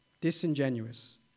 disingenuous